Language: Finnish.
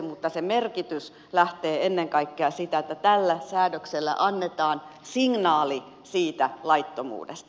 mutta sen merkitys lähtee ennen kaikkea siitä että tällä säädöksellä annetaan signaali siitä laittomuudesta